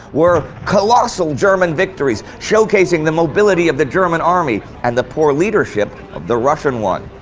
were colossal german victories, showcasing the mobility of the german army and the poor leadership of the russian one.